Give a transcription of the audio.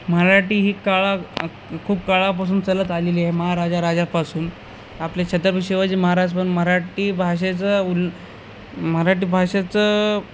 मराठी ही काळा खूप काळापासून चालत आलेली आहे महारजा राजापासून आपले छत्रपती शिवाजी महाराज पण मराठी भाषेचं उल् मराठी भाषेचं